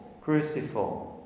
cruciform